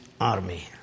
army